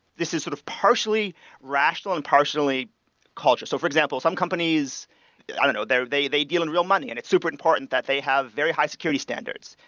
this is sort of partially rational and partially culture. so for example, some companies i don't know. they they deal in real money and it's super important that they have very high security standards.